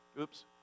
Oops